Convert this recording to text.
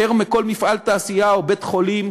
יותר מכל מפעל תעשייה או בית-חולים